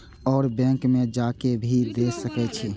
और बैंक में जा के भी दे सके छी?